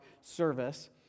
service